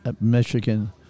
Michigan